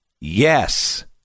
yes